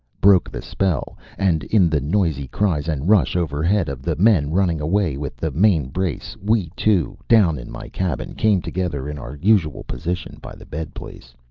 broke the spell, and in the noisy cries and rush overhead of the men running away with the main brace we two, down in my cabin, came together in our usual position by the bed place.